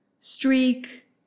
streak